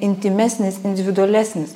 intymesnis individualesnis